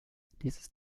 dieses